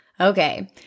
Okay